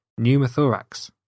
pneumothorax